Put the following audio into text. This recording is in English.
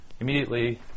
immediately